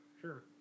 sure